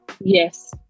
Yes